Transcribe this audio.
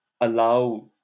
allow